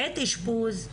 בעת אשפוז?